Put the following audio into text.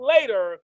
later